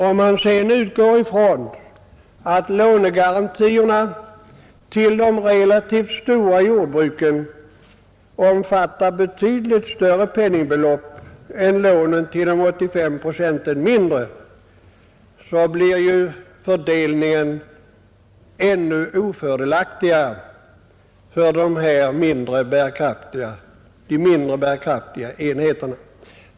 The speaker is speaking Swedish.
Om man sedan utgår ifrån att lånegarantierna till de relativt stora jordbruken omfattar betydligt större penningbelopp än lånen till de 85 procenten mindre jordbruk, så blir fördelningen ännu ofördelaktigare för de mindre bärkraftiga enheterna.